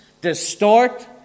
distort